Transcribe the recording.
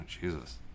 Jesus